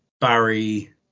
Barry